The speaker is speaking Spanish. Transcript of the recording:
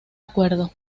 acuerdo